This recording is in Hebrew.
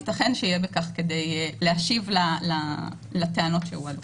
ייתכן שיהיה בכך כדי להשיב לטענות שהועלו.